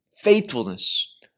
faithfulness